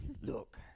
Look